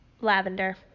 Lavender